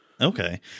Okay